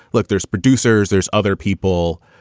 look, there's producers, there's other people.